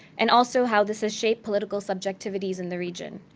and also how this has shaped political subjectivities in the region.